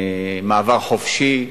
מעבר חופשי.